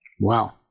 Wow